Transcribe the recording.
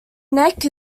neck